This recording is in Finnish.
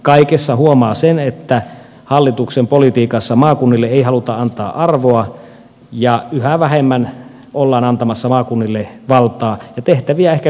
kaikessa huomaa sen että hallituksen politiikassa maakunnille ei haluta antaa arvoa ja yhä vähemmän ollaan antamassa maakunnille valtaa ja ollaan tehtäviä ja kehittämistehtäviä ehkä viemässä keskuskaupungeille